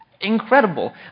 Incredible